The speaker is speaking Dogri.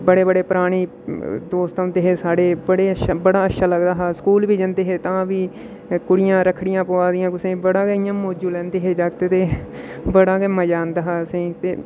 बड़े बड़े परानी दोस्त औंदे हे साढ़े ते बड़ा अच्छा लगदा हा स्कूल बी जंदे हे तां बी कुड़ियां रक्खड़ी पुआंदिया कुसै गी बड़ा गै इ'यां मौजू लैंदे हे जागत ते बड़ा गै मजा आंह्दा हा असें ई ते